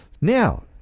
Now